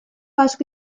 asko